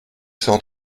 cent